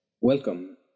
welcome